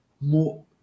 more